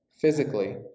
physically